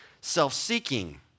self-seeking